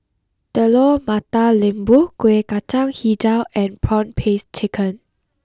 Telur Mata Lembu Kuih Kacang HiJau and Prawn Paste Chicken